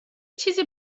چیزی